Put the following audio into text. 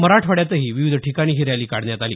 मराठवाड्यातही विविध ठिकाणी ही रॅली काढण्यात आली